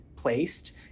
placed